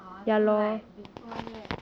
orh so like before that